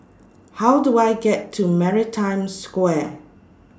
How Do I get to Maritime Square